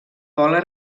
bola